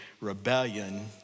rebellion